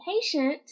patient